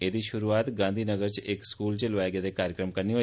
एहदी श्रुआत गांधीनगर च इक स्कूल च लोआए गेदे कार्यक्रम कन्नै होई